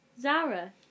Zara